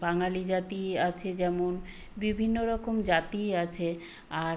বাঙালি জাতি আছে যেমন বিভিন্ন রকম জাতিই আছে আর